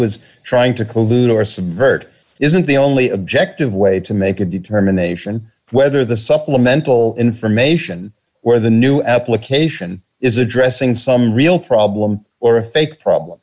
is trying to collude or subvert isn't the only objective way to make a determination whether the supplemental information where the new application is addressing some real problem or a fake problem